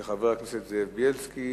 של חבר הכנסת זאב בילסקי,